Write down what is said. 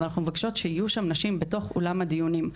אבל אנחנו מבקשות שיהיו שם נשים בתוך אולם הדיונים.